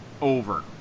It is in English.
over